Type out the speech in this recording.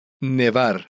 Nevar